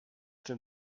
dem